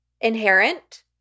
inherent